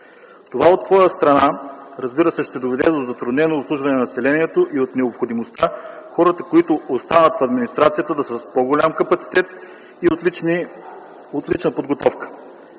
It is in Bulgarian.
Това от своя страна, разбира се, ще доведе до затруднено обслужване на населението и от необходимостта хората, които останат в администрацията, да са с по-голям капацитет и отлична подготовка.